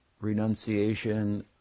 renunciation